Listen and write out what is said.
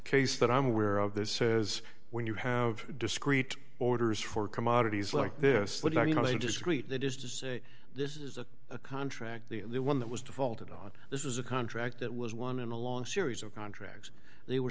case that i'm aware of this says when you have discrete orders for commodities like this that are you know they just treat that is to say this is a contract the one that was defaulted on this is a contract that was one in a long series of contracts they were